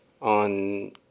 on